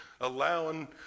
allowing